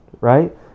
right